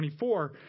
24